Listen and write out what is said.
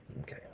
Okay